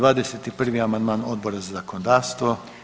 21. amandman Odbora za zakonodavstvo.